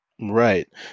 Right